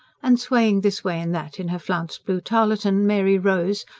and, swaying this way and that in her flounced blue tarletan, mary rose,